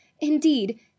Indeed